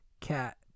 cat